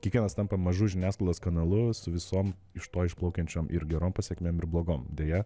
kiekvienas tampa mažu žiniasklaidos kanalu su visom iš to išplaukiančiom ir gerom pasekmėm ir blogom deja